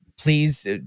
Please